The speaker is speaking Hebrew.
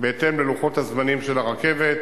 בהתאם ללוחות הזמנים של הרכבת,